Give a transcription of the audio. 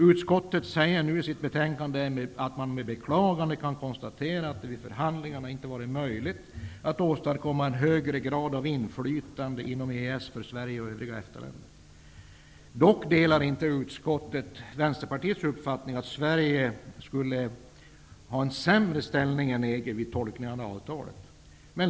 Utskottet säger nu i sitt betänkande att man ''med beklagande'' kan konstatera att det vid förhandlingarna ''inte varit möjligt att åstadkomma en högre grad av inflytande inom EES för Sverige och övriga EFTA-länder''. Dock delar utskottet inte vår uppfattning att Sverige skulle ha sämre ställning än EG vid tolkningen av avtalet.